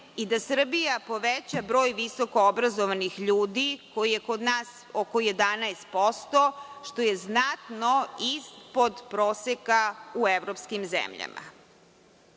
i da Srbija poveća broj visokoobrazovanih ljudi, koji je kod nas oko 11%, što je znatno ispod proseka u evropskim zemljama. Proces